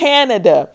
Canada